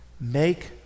Make